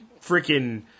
freaking